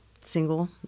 single